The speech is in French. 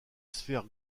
sphères